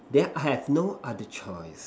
then I have no other choice